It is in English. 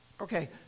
Okay